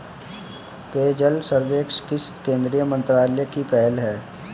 पेयजल सर्वेक्षण किस केंद्रीय मंत्रालय की पहल है?